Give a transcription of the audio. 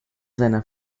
seiner